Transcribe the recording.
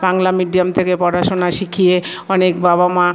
Bangla medium থেকে পড়াশোনা শিখিয়ে অনেক বাবা মা